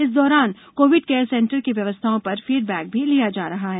इस दौरान COVID care centre की व्यवस्थाओं पर फीडबैक भी लिया जा रहा है